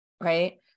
right